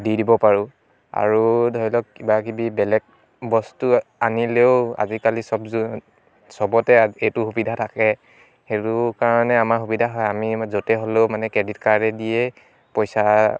দি দিব পাৰোঁ আৰু ধৰি লওক কিবা কিবি বেলেগ বস্তু আনিলেও আজিকালি চব যো চবতে এইটো সুবিধা থাকে সেইটো কাৰণে আমাৰ সুবিধা হয় আমি য'তে হ'লেও মানে ক্ৰেডিট কাৰ্ডেদিয়েই পইচা